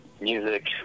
music